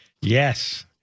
Yes